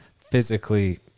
physically